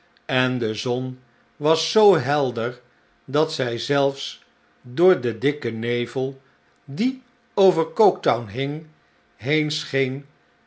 en de zon was zoo helder dat zij zelfs door den dikken nevel die over coketown hing